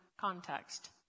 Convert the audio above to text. context